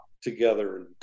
together